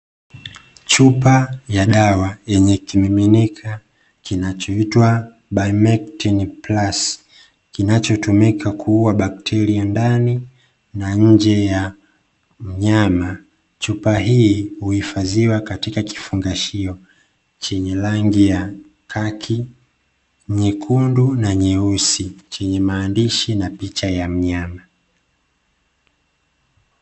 Chupa ya dawa yenye kimiminika kinachoitwa "Bimectin Plus", kinachotumika kuua bakteria ndani na nje ya mnyama. Chupa hii huhifadhiwa katika kifungashio chenye rangi ya kaki, nyekundu na nyeusi, chenye maandishi na picha ya mnyama